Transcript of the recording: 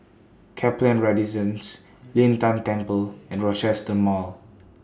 Kaplan Residence Lin Tan Temple and Rochester Mall